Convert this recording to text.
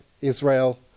Israel